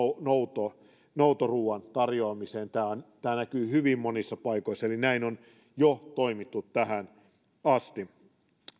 noutoruoan noutoruoan tarjoamiseen tämä näkyy hyvin monissa paikoissa eli näin on jo toimittu tähän asti